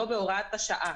לא בהוראת השעה.